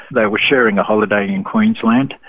they were sharing a holiday in in queensland,